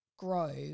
grow